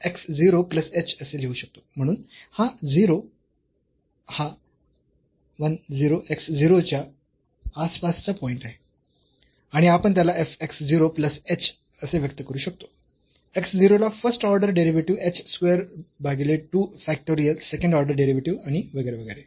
म्हणून हा 10 x 0 च्या आसपासचा पॉईंट आहे आणि आपण त्याला f x 0 प्लस h असे व्यक्त करू शकतो x 0 ला first order derivative h square भागीले 2 फॅक्टोरियल सेकंड ऑर्डर डेरिव्हेटिव्ह आणि वगैरे वगैरे